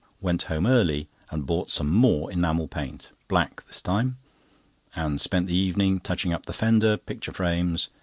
went home early and bought some more enamel paint black this time and spent the evening touching up the fender, picture-frames,